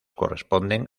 corresponden